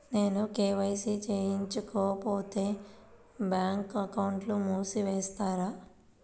నేను కే.వై.సి చేయించుకోకపోతే బ్యాంక్ అకౌంట్ను మూసివేస్తారా?